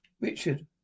Richard